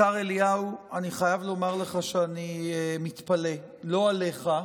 השר אליהו, אני חייב לומר לך שאני מתפלא לא עליך,